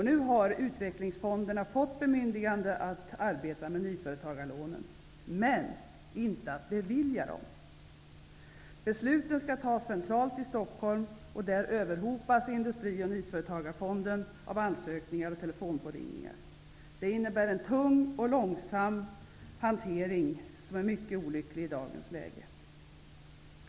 Nu har utvecklingsfonderna fått bemyndigande att arbeta med nyföretagarlånen -- men inte att bevilja dessa. Besluten skall fattas centralt i Stockholm, och där överhopas Industri och nyföretagarfonden av ansökningar och telefonpåringningar. Det innebär en tung och långsam hantering som är mycket olycklig i dagens läge.